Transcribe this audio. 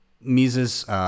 Mises